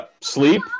Sleep